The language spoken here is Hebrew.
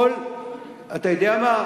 אתה יודע מה?